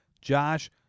Josh